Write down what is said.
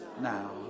now